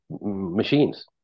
machines